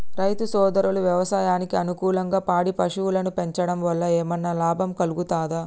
రైతు సోదరులు వ్యవసాయానికి అనుకూలంగా పాడి పశువులను పెంచడం వల్ల ఏమన్నా లాభం కలుగుతదా?